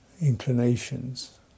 inclinations